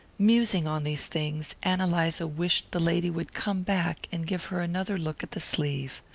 musing on these things, ann eliza wished the lady would come back and give her another look at the sleeve.